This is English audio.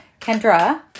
Kendra